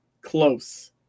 close